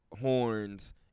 horns